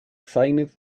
signed